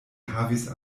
havis